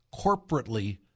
corporately